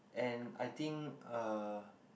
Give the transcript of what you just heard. and I think uh